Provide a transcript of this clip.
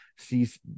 sees